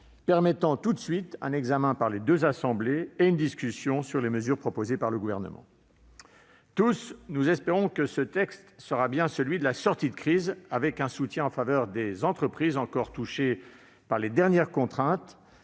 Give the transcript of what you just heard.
permettant tout de suite un examen par les deux assemblées et une discussion sur les mesures proposées par le Gouvernement. Tous, nous espérons que ce texte sera bien celui de la sortie de crise avec un soutien en faveur des entreprises encore touchées par les dernières contraintes